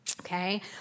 Okay